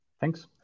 Thanks